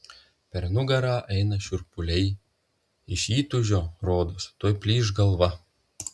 per nugarą eina šiurpuliai iš įtūžio rodos tuoj plyš galva